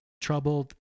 troubled